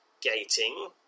gating